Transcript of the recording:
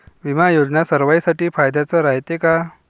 बिमा योजना सर्वाईसाठी फायद्याचं रायते का?